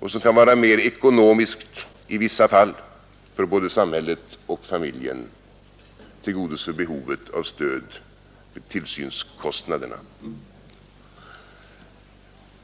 och som kan vara mer ekonomiska i vissa fall för både samhället och familjen, tillgodose behovet av stöd till tillsynskostnaderna.